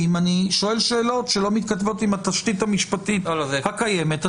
ואם אני שואל שאלות שלא מתכתבות עם התשתית המשפטית הקיימת,